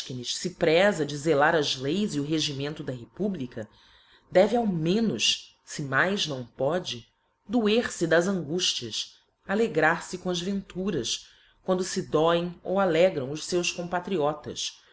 fe prefa de zelar as leis e o regimento da republica deve ao menos fe mais não pode doer fe das anguítias alegrar fe com as venturas quando fe doem ou alegram os feus compatriotas